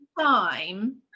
time